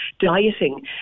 dieting